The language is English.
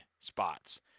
spots